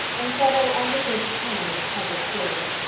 and several antiquated cannon in its public squares.